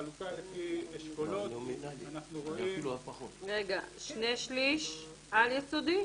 בחלוקה לפי אשכולות סוציו-אקונומיים של הרשויות המקומיות,